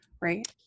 right